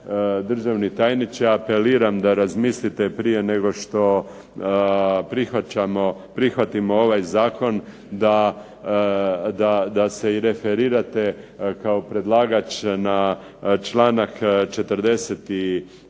državni tajniče apeliram da razmislite prije nego što prihvatimo ovaj zakon da se i referirate kao predlagač na članak 44.